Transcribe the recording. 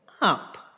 up